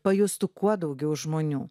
pajustų kuo daugiau žmonių